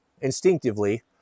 instinctively